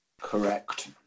Correct